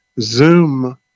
Zoom